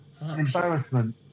embarrassment